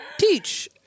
teach